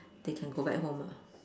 they can go back home lah